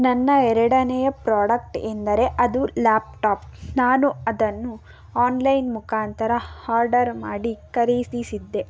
ನನ್ನ ಎರಡನೇಯ ಪ್ರೊಡಕ್ಟ್ ಎಂದರೆ ಅದು ಲ್ಯಾಪ್ಟಾಪ್ ನಾನು ಅದನ್ನು ಆನ್ಲೈನ್ ಮುಖಾಂತರ ಹಾರ್ಡರ್ ಮಾಡಿ ಖರೀದಿಸಿದ್ದೆ